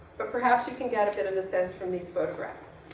but perhaps you can get a bit of the sense from these photographs.